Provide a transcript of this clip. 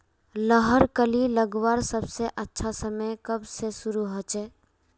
लहर कली लगवार सबसे अच्छा समय कब से शुरू होचए?